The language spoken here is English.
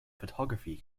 photography